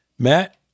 Matt